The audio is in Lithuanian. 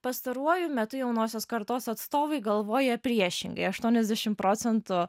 pastaruoju metu jaunosios kartos atstovai galvoja priešingai aštuoniasdešim procentų